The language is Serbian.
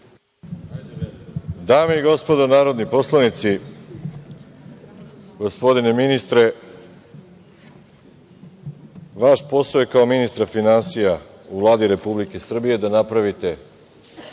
Dame i gospodo narodni poslanici, gospodine ministre, vaš posao kao ministra finansija u Vladi Republike Srbije je da napravite